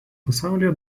pasaulyje